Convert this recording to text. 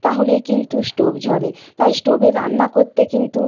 তাহলেই কিন্তু স্টোভ জ্বলে তাই স্টোভে রান্না করতে কিন্তু